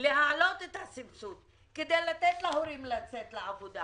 להעלות את הסבסוד כדי לתת להורים לצאת לעבודה.